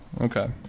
Okay